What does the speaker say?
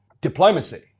diplomacy